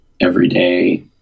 everyday